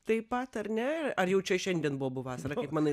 taip pat ar ne ar jaučia šiandien bobų vasara kaip manai